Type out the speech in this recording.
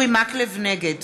נגד